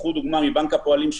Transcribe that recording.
תיקחו דוגמה מבנק הפועלים,